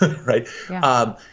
right